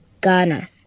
Ghana